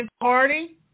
party